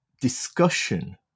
discussion